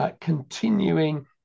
continuing